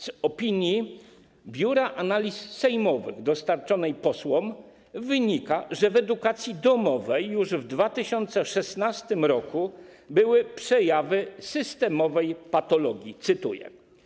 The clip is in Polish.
Z opinii Biura Analiz Sejmowych dostarczonej posłom wynika, że w edukacji domowej już w 2016 r. były przejawy systemowej patologii - cytuję.